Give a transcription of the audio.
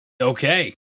Okay